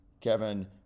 Kevin